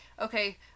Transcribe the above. okay